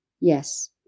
Yes